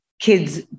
kids